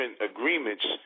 agreements